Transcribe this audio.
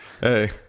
Hey